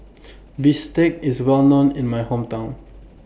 Bistake IS Well known in My Hometown